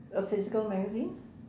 a physical magazine